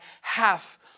half-